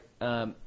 right